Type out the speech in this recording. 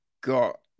got